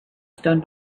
stone